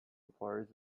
employers